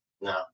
no